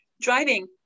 driving